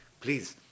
Please